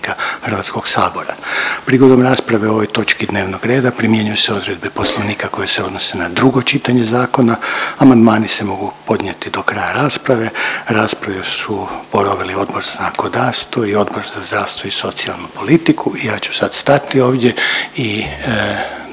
Poslovnika HS. Prigodom rasprave o ovoj točki dnevnog reda primjenjuju se odredbe Poslovnika koje se odnose na drugo čitanje zakona. Amandmani se mogu podnijeti do kraja rasprave. Raspravu su proveli Odbor za zakonodavstvo i Odbor za zdravstvo i socijalnu politiku i ja ću sad stati ovdje i dati